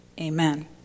Amen